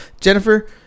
Jennifer